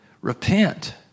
Repent